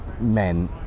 men